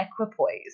equipoise